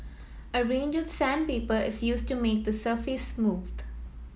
a range of sandpaper is used to make the surface smooth